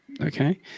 Okay